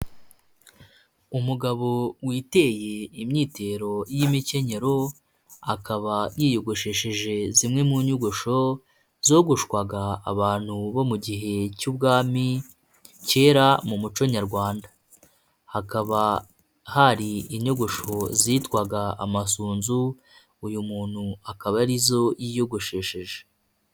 Umugabo witeye imyitero y'imikenyero, akaba yiyogoshesheje zimwe muyogosho zogoshwaga abantu bo mu gihe cy'ubwami cyera mu muco nyarwanda. Hakaba hari inyogosho zitwaga amasunzu, uyu muntu akaba arizo yiyogoshesheje.